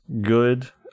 good